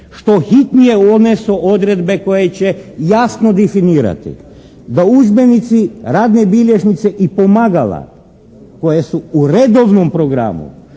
što hitnije unesu odredbe koje će jasno definirati da udžbenici, radne bilježnice i pomagala koje su u redovnom programu